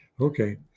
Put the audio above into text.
Okay